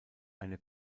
eine